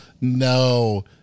No